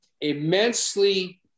immensely